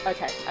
Okay